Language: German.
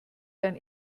dein